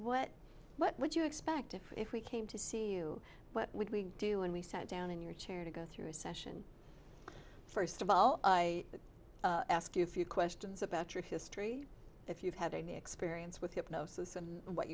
what what would you expect if we came to see you what would we do and we sat down in your chair to go through a session first of all i ask you a few questions about your history if you've had a new experience with hypnosis and what